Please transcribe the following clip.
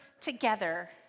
together